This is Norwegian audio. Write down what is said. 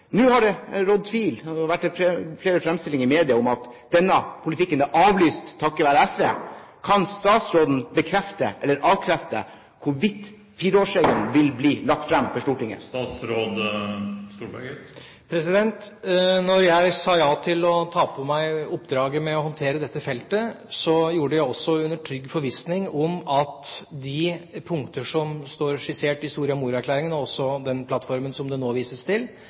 Nå er det sådd tvil om denne politikken – det har vært flere fremstillinger i media – med tanke på at dette er avlyst, takket være SV. Kan statsråden bekrefte eller avkrefte hvorvidt fireårsregelen vil bli lagt frem for Stortinget? Da jeg sa ja til å ta på meg oppdraget med å håndtere dette feltet, gjorde jeg det også i trygg forvissning om at de punkter som står skissert i Soria Moria-erklæringen – og den plattformen som det nå vises til